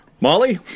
Molly